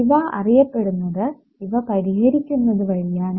ഇവ അറിയപ്പെടുന്നത് ഇവ പരിഹരിക്കുന്നത് വഴിയാണ്